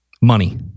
Money